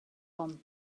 hon